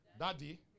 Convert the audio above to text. Daddy